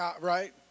right